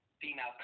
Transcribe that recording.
female